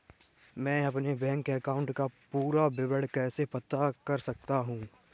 मैं अपने bank account का पूरा विवरण कैसे पता कर सकता हूँ?